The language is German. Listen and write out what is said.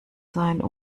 sein